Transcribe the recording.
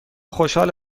خوشحال